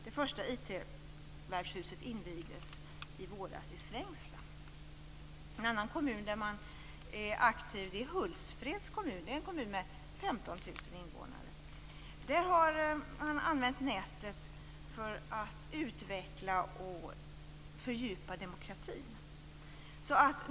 Det första IT världshuset invigdes i våras i Svängsta. En annan kommun där man är aktiv är Hultsfreds kommun. Det är en kommun med 15 000 invånare. Där har man använt nätet för att utveckla och fördjupa demokratin.